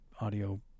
audio